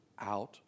out